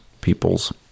peoples